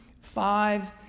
five